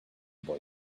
boy